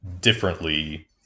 differently